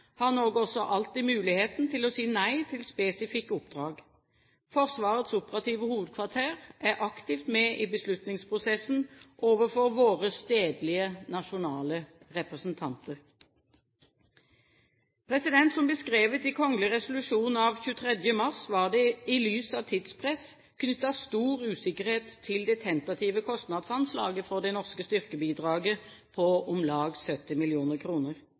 har Norge alltid muligheten til å si nei til spesifikke oppdrag. Forsvarets operative hovedkvarter er aktivt med i beslutningsprosessen overfor våre stedlige nasjonale representanter. Som beskrevet i kgl. resolusjon av 23. mars var det i lys av tidspress knyttet stor usikkerhet til det tentative kostnadsanslaget for det norske styrkebidraget på om lag 70